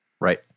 Right